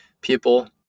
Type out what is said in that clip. people